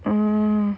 mm